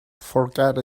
forget